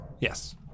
Yes